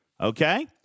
Okay